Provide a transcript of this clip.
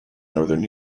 northern